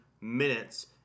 minutes